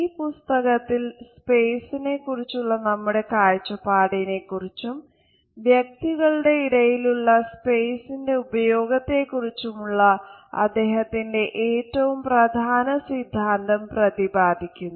ഈ പുസ്തകത്തിൽ സ്പേസിനെ കുറിച്ചുള്ള നമ്മുടെ കാഴ്ചപ്പാടിനെ കുറിച്ചും വ്യക്തികളുടെ ഇടയിലുള്ള സ്പേസിന്റെ ഉപയോഗത്തെക്കുറിച്ചുമുള്ള അദ്ദേഹത്തിന്റെ ഏറ്റവും പ്രധാന സിദ്ധാന്തo പ്രതിപാദിക്കുന്നു